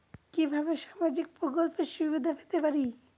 কিভাবে সামাজিক প্রকল্পের সুবিধা পেতে পারি?